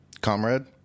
Comrade